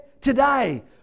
Today